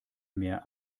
mehr